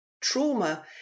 Trauma